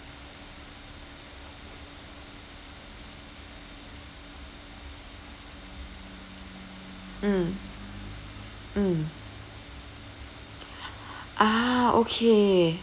mm mm ah okay